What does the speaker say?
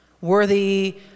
worthy